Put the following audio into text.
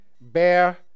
bear